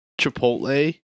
Chipotle